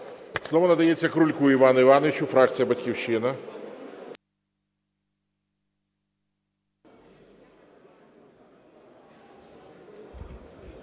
Слово надається Крульку Івану Івановичу, фракція "Батьківщина".